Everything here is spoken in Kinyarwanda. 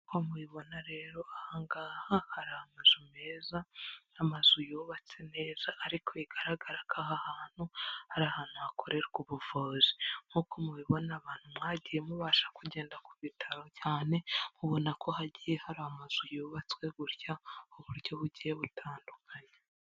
Nk'uko muyibona rero aha ngaha hari amazu meza, amazu yubatse neza ariko bigaragara ko aha hantu ari ahantu hakorerwa ubuvuzi. N'uko mubibona abantu mwagiye mubasha kugenda ku bitaro cyane, mubona ko hagiye hari amazu yubatswe gutya mu buryo bugiye butandukanye.